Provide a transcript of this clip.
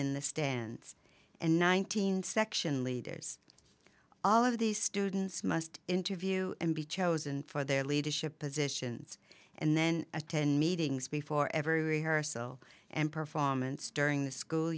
in the stands and nineteen section leaders all of these students must interview and be chosen for their leadership positions and then attend meetings before every rehearsal and performance during the school